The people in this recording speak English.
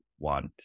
want